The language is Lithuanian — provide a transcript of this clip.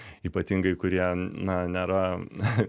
ypatingai kurie na nėra